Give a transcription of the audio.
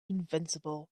invincible